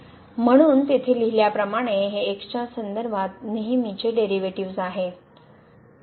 म्हणून तिथे लिहिल्याप्रमाणे हे x च्या संदर्भात नेहमीचे डेरिव्हेटिव्हज आहे